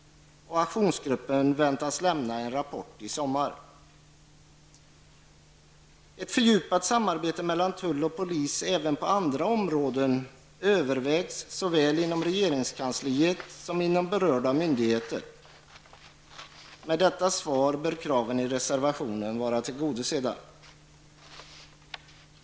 Aktionsgruppen väntas lämna en rapport i sommar. Ett fördjupat samarbete mellan tull och polis även på andra områden övervägs såväl inom regeringskansliet som inom berörda myndigheter. Med detta svar bör kraven i reservationen vara tillgodosedda.